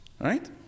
right